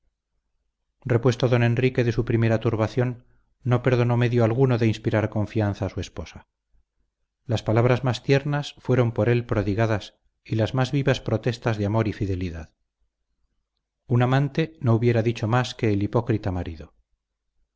repuesto don enrique de su primera turbación no perdonó medio alguno de inspirar confianza a su esposa las palabras más tiernas fueron por él prodigadas y las más vivas protestas de amor y fidelidad un amante no hubiera dicho más que el hipócrita marido